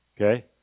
Okay